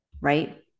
right